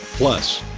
plus.